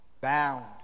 Bound